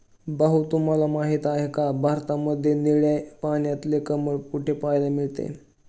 भाऊ तुम्हाला माहिती आहे का, भारतामध्ये निळे पाण्यातले कमळ कुठे पाहायला मिळते?